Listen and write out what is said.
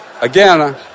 again